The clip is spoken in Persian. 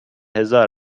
هزار